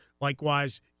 Likewise